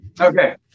Okay